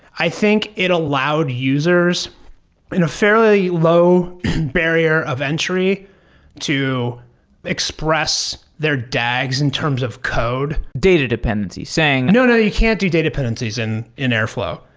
i think it allowed users in a fairly low barrier of entry to express their dags in terms of code. data dependency, saying no, no. you can't do data dependencies in in airflow.